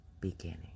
beginning